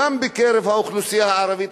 גם בקרב האוכלוסייה הערבית,